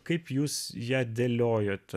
kaip jūs ją dėliojote